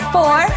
Four